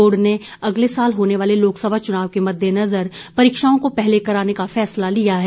board ने अगले साल होने वाले लोकसभा चुनाव के मद्देनजर परीक्षाओं को पहले कराने का फैसला लिया है